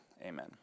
amen